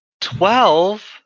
Twelve